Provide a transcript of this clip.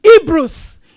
Hebrews